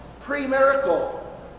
pre-miracle